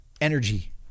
energy